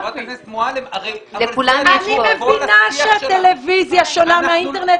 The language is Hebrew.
אני מבינה שהטלוויזיה שונה מהאינטרנט,